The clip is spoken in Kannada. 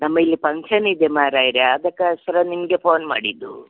ನಮ್ಮ ಇಲ್ಲಿ ಪಂಕ್ಷನಿದೆ ಮಾರಾಯ್ರೇ ಅದಕ್ಕೋಸ್ಕರ ನಿಮಗೆ ಪೋನ್ ಮಾಡಿದ್ದು